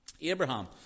Abraham